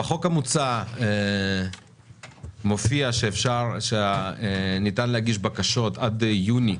בחוק המוצע מופיע שאפשר שניתן להגיש בקשות עד יוני,